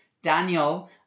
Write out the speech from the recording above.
Daniel